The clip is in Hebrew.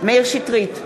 מאיר שטרית,